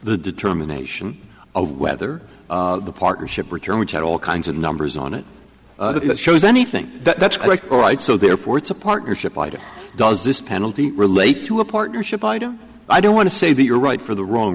the determination of whether the partnership return which had all kinds of numbers on it that shows anything that's all right so therefore it's a partnership why does this penalty relate to a partnership idea i don't want to say that you're right for the wrong